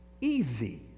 easy